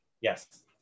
Yes